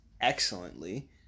excellently